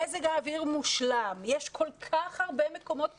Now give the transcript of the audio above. מזג האוויר מושלם, יש כל כך הרבה מקומות פנויים,